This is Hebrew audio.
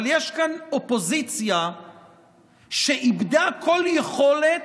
אבל יש כאן אופוזיציה שאיבדה כל יכולת